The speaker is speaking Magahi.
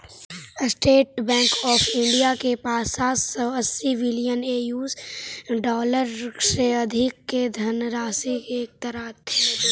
स्टेट बैंक ऑफ इंडिया के पास सात सौ अस्सी बिलियन यूएस डॉलर से अधिक के धनराशि एकत्रित हइ